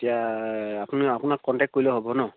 এতিয়া আপুনি আপোনাক কণ্টেক্ট কৰিলে হ'ব নহ্